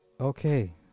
Okay